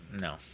no